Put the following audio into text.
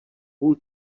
půl